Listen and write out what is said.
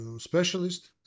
specialist